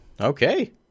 Okay